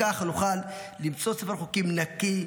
ככה נוכל למצוא ספר חוקים נקי,